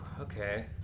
okay